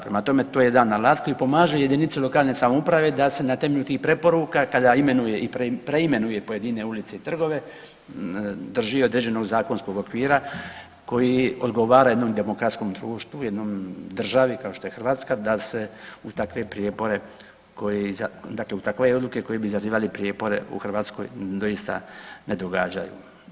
Prema tome, to je jedan alat koji pomaže jedinice lokalne samouprave da se na temelju tih preporuka, kada imenuje i preimenuje pojedine ulice i trgove, drži određenog zakonskog okvira koji odgovara jednom demokratskom društvu, jednom, državi kao što je Hrvatska da se u takve prijepore koji, dakle u takve odluke koji bi zazivali prijepore u Hrvatskoj doista ne događaju.